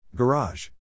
Garage